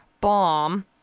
bomb